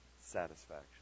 satisfaction